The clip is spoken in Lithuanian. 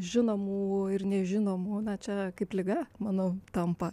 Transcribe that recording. žinomų ir nežinomų na čia kaip liga manau tampa